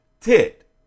tit